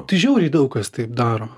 tai žiauriai daug kas taip daro